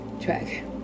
track